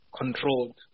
controlled